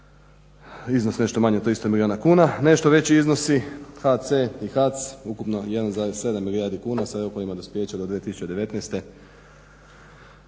Iznos nešto manji od 300 milijuna kuna. Nešto veći iznosi HC i HAC – ukupno 1,7 milijardi kuna sa rokovima dospijeća do 2019.